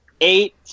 eight